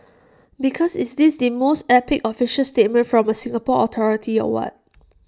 because is this the most epic official statement from A Singapore authority or what